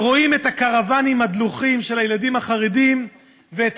ורואים את הקרוונים הדלוחים של הילדים החרדים ואת